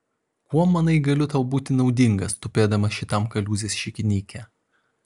kuo manai galiu tau būti naudingas tupėdamas šitam kaliūzės šikinyke